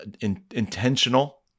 intentional